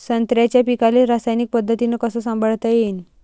संत्र्याच्या पीकाले रासायनिक पद्धतीनं कस संभाळता येईन?